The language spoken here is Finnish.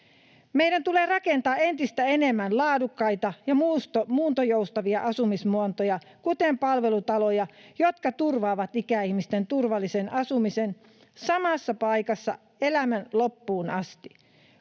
Meidän tulee rakentaa entistä enemmän laadukkaita ja muuntojoustavia asumismuotoja, kuten palvelutaloja, jotka turvaavat ikäihmisten turvallisen asumisen samassa paikassa elämän loppuun asti.